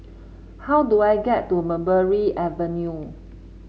how do I get to Mulberry Avenue